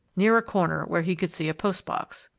near a corner where he could see a post-box.